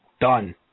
Done